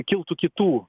kiltų kitų